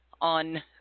on